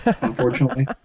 unfortunately